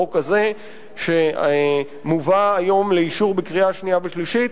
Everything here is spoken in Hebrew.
בחוק שמובא היום לאישור בקריאה שנייה ושלישית,